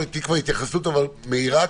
תני התייחסות מהירה,